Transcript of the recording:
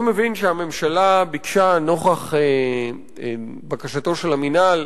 אני מבין שהממשלה ביקשה, נוכח בקשתו של המינהל,